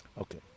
Okay